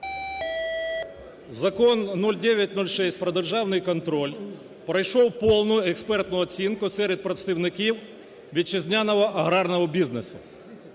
Закон 0906 про державний контроль пройшов повну експертну оцінку серед представників вітчизняного аграрного бізнесу.